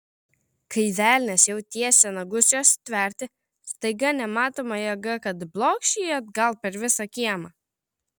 kai velnias jau tiesė nagus jos stverti staiga nematoma jėga kad blokš jį atgal per visą kiemą